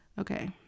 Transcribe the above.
okay